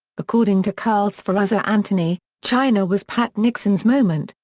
according to carl sferrazza anthony, china was pat nixon's moment,